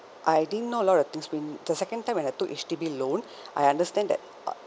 I didn't know a lot of things when the second time when I took H_D_B loan I understand that